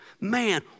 Man